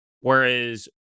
Whereas